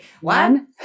One